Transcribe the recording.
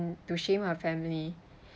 to shame her family